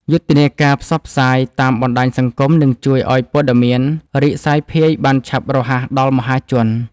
យុទ្ធនាការផ្សព្វផ្សាយតាមបណ្ដាញសង្គមនឹងជួយឱ្យព័ត៌មានរីកសាយភាយបានឆាប់រហ័សដល់មហាជន។